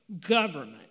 government